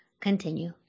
continue